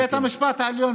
בית המשפט העליון,